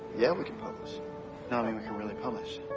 yeah, we can publish. no, i mean we can really publish.